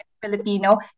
Filipino